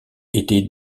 était